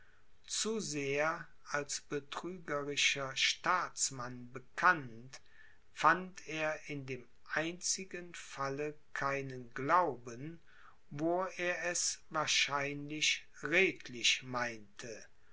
zu sehr als betrügerischer staatsmann bekannt fand er in dem einzigen falle keinen glauben wo er es wahrscheinlich redlich meinte